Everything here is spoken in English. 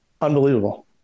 unbelievable